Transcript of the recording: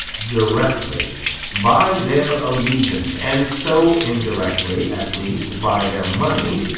directly by their allegiance, and so indirectly, at least, by their money,